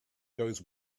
goes